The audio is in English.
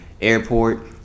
Airport